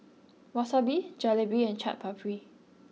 Wasabi Jalebi and Chaat Papri